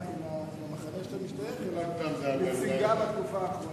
עם המחנה שאתה משתייך אליו מציגה בתקופה האחרונה.